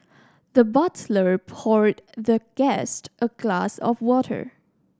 the butler poured the guest a glass of water